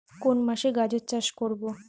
কোন মাসে গাজর চাষ করব?